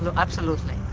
but absolutely,